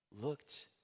looked